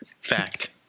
Fact